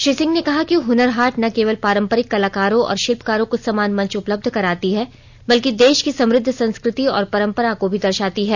श्री सिंह ने कहा कि हनर हाट न केवल पारंपरिक कलाकारों और शिल्पकारों को समान मंच उपलब्ध कराती है बल्कि देश की समुद्ध संस्कृति और परंपरा को भी दर्शाती है